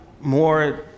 more